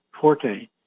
Forte